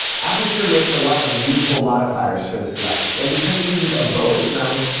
aputure makes a lot of useful modifiers for this light and because it uses a bowens mount,